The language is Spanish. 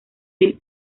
del